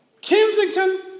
Kensington